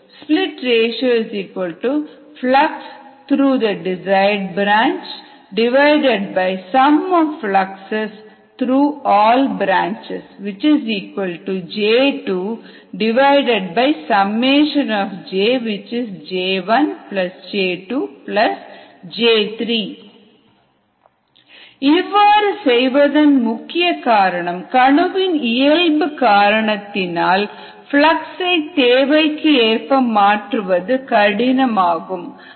Split Ratio Flux through the desired branchsum of fluxes through all branches J2iJi J2J1J2J3 இவ்வாறு செய்வதன் முக்கிய காரணம் கணுவின் இயல்பு காரணத்தினால் பிளக்ஸ் ஐ தேவைக்கு ஏற்ப மாற்றுவது கடினமாகும்